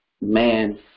man